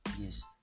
Yes